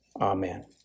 Amen